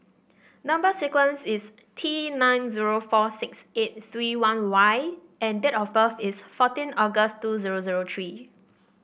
number sequence is T nine zero four six eight three one Y and date of birth is fourteen August two zero zero three